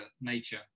Nature